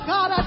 God